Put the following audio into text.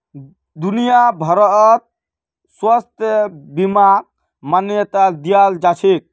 दुनिया भरत स्वास्थ्य बीमाक मान्यता दियाल जाछेक